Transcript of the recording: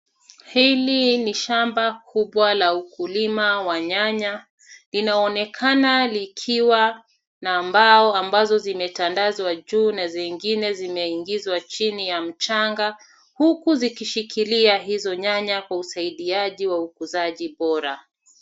Hili ni shamba kubwa la ukulima wa nyanya, linaonekana likiwa na mbao ambazo zimetandazwa juu na zingine zimeingizwa chini ya mchanga, huku zikishikilia hizo nyanya kwa usaidiaji wa ukuzaji bora.